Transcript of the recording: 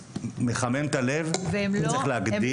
מחמם את הלב וצריך להגדיל את זה.